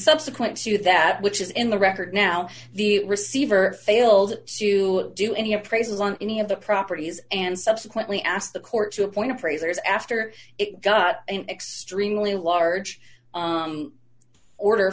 subsequent to that which is in the record now the receiver failed to do any appraisals on any of the properties and subsequently asked the court to appoint appraisers after it got an extremely large order